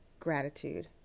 gratitude